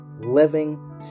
living